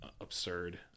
absurd